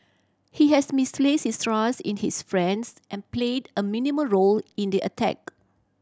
he has misplaced his trust in his friends and played a minimal role in the attack